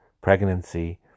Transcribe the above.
pregnancy